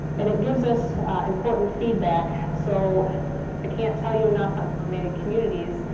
and it gives us important feedback, so i can't tell you enough on how many communities,